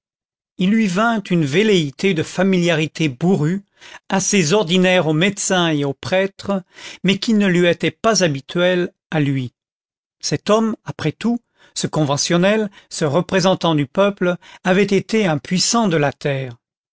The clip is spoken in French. il lui vint une velléité de familiarité bourrue assez ordinaire aux médecins et aux prêtres mais qui ne lui était pas habituelle à lui cet homme après tout ce conventionnel ce représentant du peuple avait été un puissant de la terre